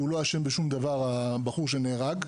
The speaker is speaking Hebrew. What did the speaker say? והוא לא אשם בשום דבר הבחור שנהרג,